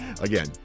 Again